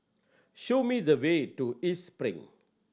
show me the way to East Spring